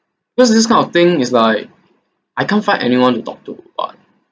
because this kind of thing is like I can't find anyone to talk to but